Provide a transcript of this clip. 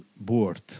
board